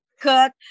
cook